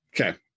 okay